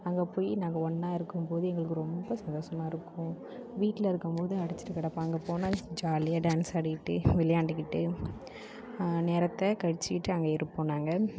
அங்கே போய் நாங்கள் ஒன்றா இருக்கும்போது எங்களுக்கு ரொம்ப சந்தோஷமாக இருக்கும் வீட்டில் இருக்கும்போது அடிச்சுட்டு கிடப்பாங் அங்கே போனால் ஜாலியாக டேன்ஸ் ஆடிக்கிட்டு விளையாண்டுக்கிட்டு நேரத்தை கழிச்சுகிட்டு அங்கே இருப்போம் நாங்கள்